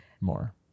more